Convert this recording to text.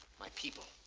my people.